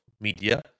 media